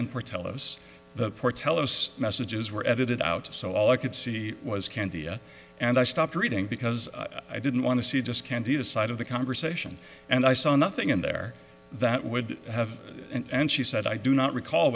and for tell us the ports helos messages were edited out so all i could see was candia and i stopped reading because i didn't want to see just candy the side of the conversation and i saw nothing in there that would have and she said i do not recall